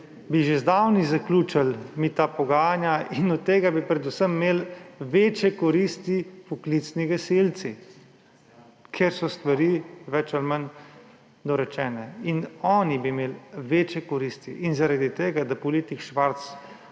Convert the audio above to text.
mi že zdavnaj zaključili ta pogajanja in od tega bi imeli večje koristi predvsem poklicni gasilci, ker so stvari bolj ali manj dorečene. Oni bi imeli večje koristi. In zaradi tega, da politik Švarc